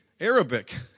Arabic